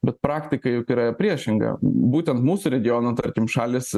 bet praktika juk yra priešinga būtent mūsų regiono tarkim šalys